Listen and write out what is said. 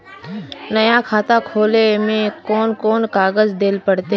नया खाता खोले में कौन कौन कागज देल पड़ते?